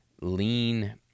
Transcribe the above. lean